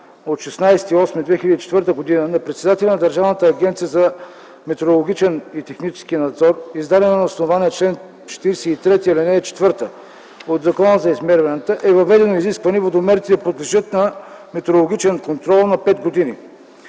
от 16.08.2004 г. на председателя на Държавната агенция за метрологичен и технически надзор, издадена на основание чл. 43, ал. 4 от Закона за измерванията, е въведено изискване водомерите да подлежат на метрологичен контрол на пет години.